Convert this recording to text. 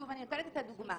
אני נותנת את הדוגמה.